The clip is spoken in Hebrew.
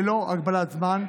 ללא הגבלת זמן,